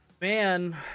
Man